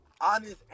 honest